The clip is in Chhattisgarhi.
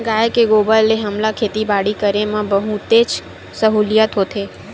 गाय के गोबर ले हमला खेती बाड़ी करे म बहुतेच सहूलियत होथे